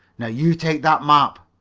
now you take that map,